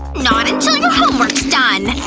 not until your homework's done!